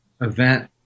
event